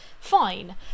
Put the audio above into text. fine